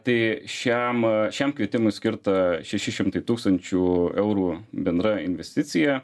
tai šiam šiam kvietimui skirta šeši šimtai tūkstančių eurų bendra investicija